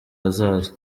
hazaza